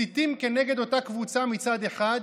מסיתים נגד אותה קבוצה מצד אחד,